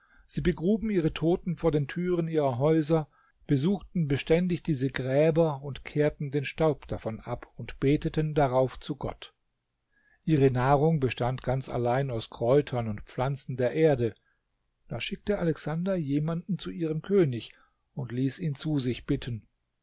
sie begruben ihre toten vor den türen ihrer häuser besuchten beständig diese gräber und kehrten den staub davon ab und beteten darauf zu gott ihre nahrung bestand ganz allein aus kräutern und pflanzen der erde da schickte alexander jemanden zu ihrem könig und ließ ihn zu sich bitten